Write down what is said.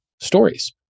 stories